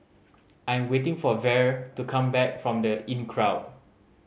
I am waiting for Vere to come back from The Inncrowd